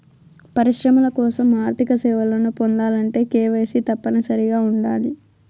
పరిశ్రమల కోసం ఆర్థిక సేవలను పొందాలంటే కేవైసీ తప్పనిసరిగా ఉండాలి